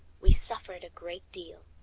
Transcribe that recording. we suffered a great deal.